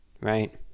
right